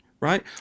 right